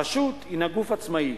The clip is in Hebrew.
הרשות הינה גוף עצמאי